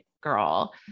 girl